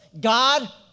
God